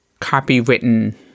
copywritten